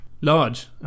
large